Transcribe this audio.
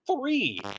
three